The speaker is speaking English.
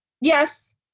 Yes